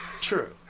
true